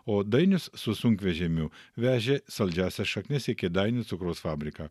o dainius su sunkvežimiu vežė saldžiąsias šaknis į kėdainių cukraus fabriką